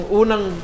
unang